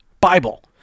Bible